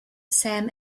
sam